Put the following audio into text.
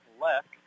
left